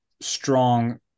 strong